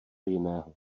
jiného